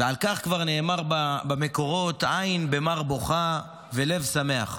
ועל כך כבר נאמר במקורות: עין במר בוכה ולב שמח.